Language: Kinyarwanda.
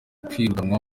kwirukanwa